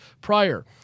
prior